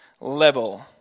level